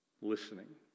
listening